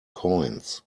coins